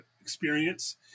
experience